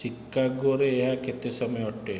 ଚିକାଗୋରେ ଏହା କେତେ ସମୟ ଅଟେ